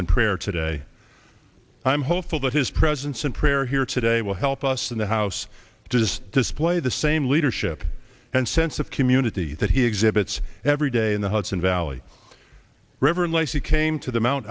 in prayer today i'm hopeful that his presence and prayer here today will help us in the house to display the same leadership and sense of community that he exhibits every day in the hudson valley river life he came to the mount